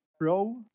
Pro